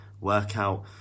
workout